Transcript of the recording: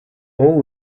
all